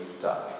die